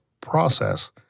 process